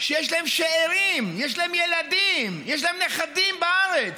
ויש להם שארים, יש להם ילדים, יש להם נכדים בארץ.